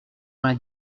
vingt